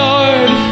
Lord